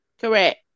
Correct